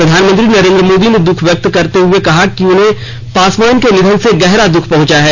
प्रधानमंत्री मोदी ने दूख व्यक्त करते हुए कहा कि उन्हें पासवान के निधन से गहरा दूख पहुंचा है